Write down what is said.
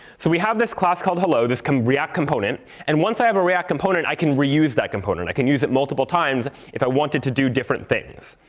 so we have this class called hello, this can react component. and once i have a react component, i can reuse that component. i can use it multiple times if i want it to do different things.